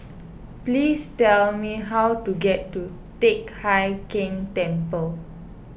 please tell me how to get to Teck Hai Keng Temple